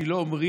כי לא אומרים,